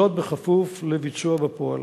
בכפוף לביצוע בפועל.